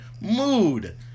mood